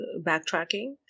backtracking